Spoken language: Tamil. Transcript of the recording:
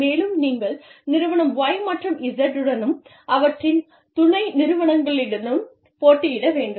மேலும் நீங்கள் நிறுவனம் Y மற்றும் Z டுடனும் அவற்றின் துணை நிறுவனங்களுடனும் போட்டியிட வேண்டும்